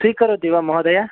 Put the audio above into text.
स्वीकरोति वा महोदय